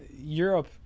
europe